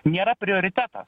nėra prioritetas